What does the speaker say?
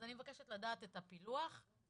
אז אני מבקשת לדעת את הפילוח בהתאמה.